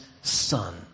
son